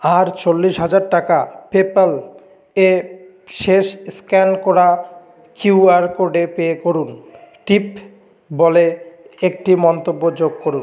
আর চল্লিশ হাজার টাকা পেপ্যাল এ শেষ স্ক্যান করা কিউ আর কোডে পে করুন টিপ বলে একটি মন্তব্য যোগ করুন